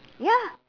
ya